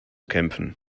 kämpfen